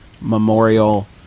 Memorial